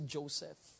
Joseph